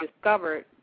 discovered